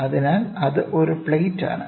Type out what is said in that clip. അതിനാൽ അത് ഒരു പ്ലേറ്റ് ആണ്